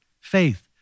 faith